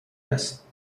است